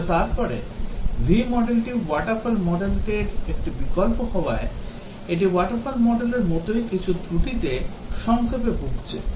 তবে তারপরে V model টি waterfall model র একটি বিকল্প হওয়ায় এটি waterfall model র মতোই কিছু ত্রুটিতে সংক্ষেপে ভুগছে